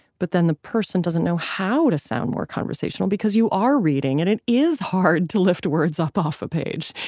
but then the person doesn't know how to sound more conversational, because you are reading and it is hard to lift words up off a page.